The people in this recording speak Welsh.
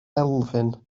elfyn